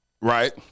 right